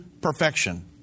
perfection